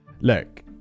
Look